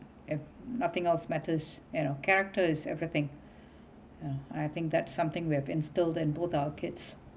yup nothing else matters you know characters everything ya I think that's something we have instilled in both our kids